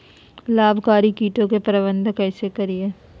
लाभकारी कीटों के प्रबंधन कैसे करीये?